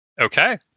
Okay